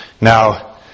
Now